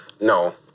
No